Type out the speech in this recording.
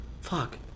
Fuck